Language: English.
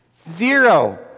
Zero